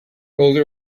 older